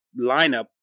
lineup